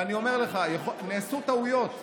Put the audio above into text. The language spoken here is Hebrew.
ואני אומר לך, נעשו טעויות.